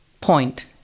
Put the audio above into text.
point